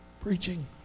Preaching